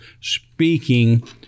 speaking